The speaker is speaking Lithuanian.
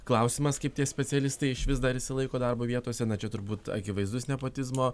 klausimas kaip tie specialistai išvis dar išsilaiko darbo vietose na čia turbūt akivaizdus nepotizmo